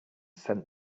sent